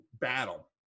battle